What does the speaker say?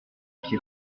qui